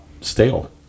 stale